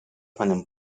meinem